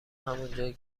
همونجایی